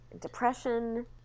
Depression